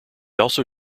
also